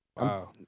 Wow